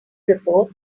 report